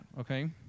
okay